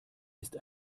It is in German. ist